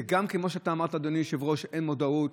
כמו שאמרת, היושב-ראש, אין מודעות.